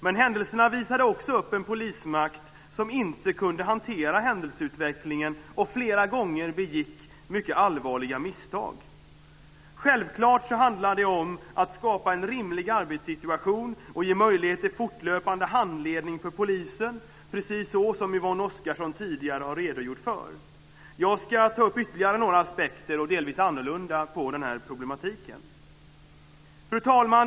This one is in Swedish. Men händelserna visade också upp en polismakt som inte kunde hantera händelseutvecklingen och flera gånger begick mycket allvarliga misstag. Självklart handlar det om att skapa en rimlig arbetssituation och ge möjlighet till fortlöpande handledning för polisen precis så som Yvonne Oscarsson tidigare har redogjort för. Jag ska ta upp ytterligare några aspekter, delvis annorlunda aspekter, på den här problematiken. Fru talman!